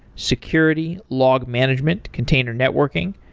security, log management, container networking,